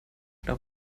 nach